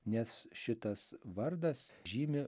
nes šitas vardas žymi